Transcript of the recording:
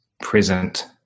present